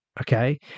Okay